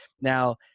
now